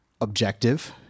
objective